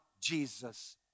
Jesus